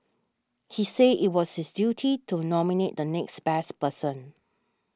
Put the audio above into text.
he said it was his duty to nominate the next best person